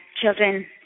children